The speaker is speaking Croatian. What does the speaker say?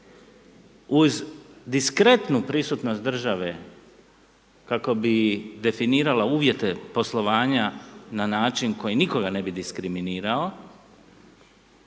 uz diskretnu prisutnost države kako bi definirala uvjete poslovanja na način na koji nikoga ne bi diskriminirao,